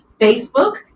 Facebook